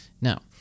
Now